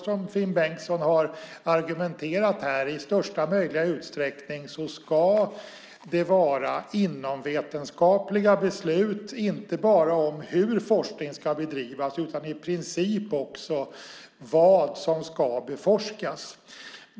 Som Finn Bengtsson har argumenterat här, ska det i största möjliga utsträckning vara inomvetenskapliga beslut inte bara om hur forskning ska bedrivas utan i princip också om vad som ska beforskas.